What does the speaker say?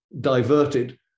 diverted